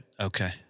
Okay